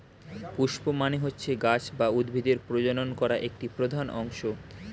পুস্প মানে হচ্ছে গাছ বা উদ্ভিদের প্রজনন করা একটি প্রধান অংশ